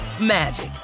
magic